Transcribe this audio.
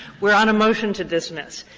we're on a motion to dismiss.